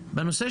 מרכיבים.